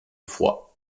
foi